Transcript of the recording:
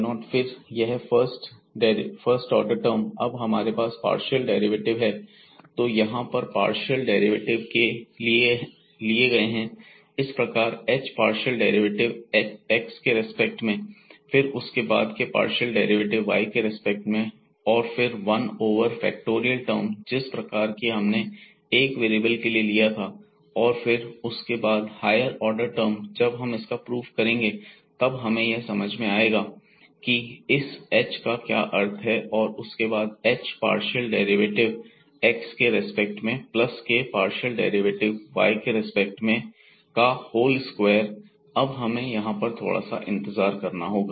h∂xk∂ynfx0y0Rn fx0 y0 फिर यह first order term अब हमारे पास पार्शियल डेरिवेटिव हैं तो यहां पर पार्शियल डेरिवेटिव लिए गए हैं इस प्रकार h पार्शियल डेरिवेटिव x के रिस्पेक्ट में फिर उसके बाद के पार्शियल डेरिवेटिव y के रिस्पेक्ट और फिर वन ओवर फैक्टोरियल टर्म जिस प्रकार की हमने एक वेरिएबल के लिए लिया था और फिर उसके बाद हायर ऑर्डर टर्म जब हम इसका प्रूफ करेंगे तब हमें यह समझ में आएगा कि इस h का क्या अर्थ है और उसके बाद h पार्शियल डेरिवेटिव x के रिस्पेक्ट में प्लस के पार्शियल डेरिवेटिव y के रिस्पेक्ट में का होल स्क्वायर अब हमें यहां पर थोड़ा सा इंतजार करना होगा